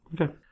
Okay